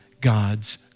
God's